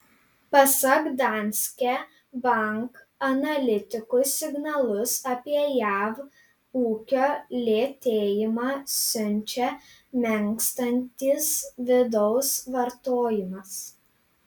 pasak danske bank analitikų signalus apie jav ūkio lėtėjimą siunčia menkstantis vidaus vartojimas